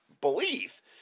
belief